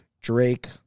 Drake